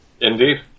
Indeed